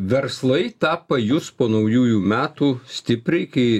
verslai tą pajus po naujųjų metų stipriai kai